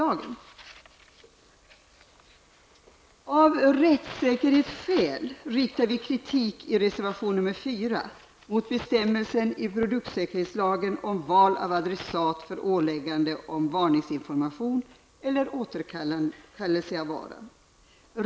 Av rättssäkerhetsskäl riktar vi i reservation 4, som handlar om val av adressat för ålägganden om varningsinformation eller återkallelse av vara, kritik mot bestämmelserna i produktsäkerhetslagen.